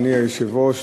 אדוני היושב-ראש,